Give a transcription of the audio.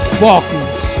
Sparkles